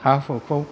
हा हुखौ